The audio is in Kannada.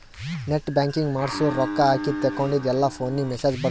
ನೆಟ್ ಬ್ಯಾಂಕಿಂಗ್ ಮಾಡ್ಸುರ್ ರೊಕ್ಕಾ ಹಾಕಿದ ತೇಕೊಂಡಿದ್ದು ಎಲ್ಲಾ ಫೋನಿಗ್ ಮೆಸೇಜ್ ಬರ್ತುದ್